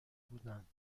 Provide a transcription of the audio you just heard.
بودند